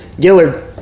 Gillard